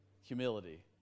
humility